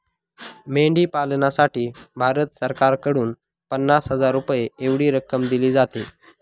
मेंढी पालनासाठी भारत सरकारकडून पन्नास हजार रुपये एवढी रक्कम दिली जाते